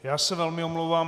Já se velmi omlouvám.